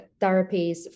therapies